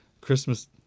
Christmas